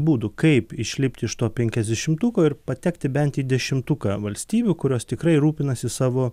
būdų kaip išlipti iš to penkiasdešimtuko ir patekti bent į dešimtuką valstybių kurios tikrai rūpinasi savo